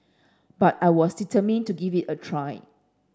but I was determined to give it a try